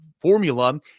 Formula